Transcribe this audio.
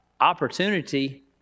opportunity